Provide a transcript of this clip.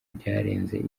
byarenze